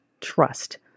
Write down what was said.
trust